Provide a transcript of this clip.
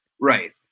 Right